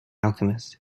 alchemist